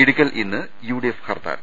ഇടുക്കിയിൽ ഇന്ന് യുഡിഎഫ് ഹർത്താൽ